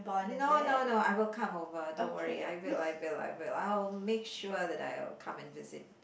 no no no I will come over don't worry I will I will I will I will make sure that I will come and visit